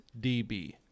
DB